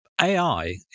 ai